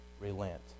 relent